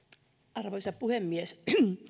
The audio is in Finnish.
arvoisa puhemies